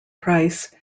price